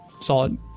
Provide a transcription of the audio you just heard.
Solid